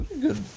good